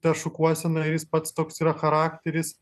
ta šukuosena ir jis pats toks yra charakteris